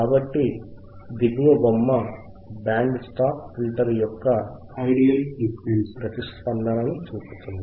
కాబట్టి దిగువ చిత్రపటము బ్యాండ్ స్టాప్ ఫిల్టర్ యొక్క ఐడియల్ ఫ్రీక్వెన్సీ ప్రతి స్పందనను చూపుతుంది